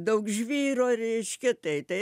daug žvyro reiškia tai tai